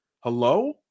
Hello